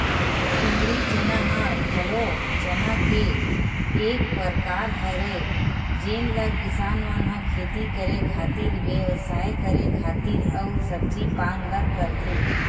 सुंदरी चना ह घलो चना के एक परकार हरय जेन ल किसान मन ह खेती करे खातिर, बेवसाय करे खातिर अउ सब्जी पान बर करथे